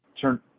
Turn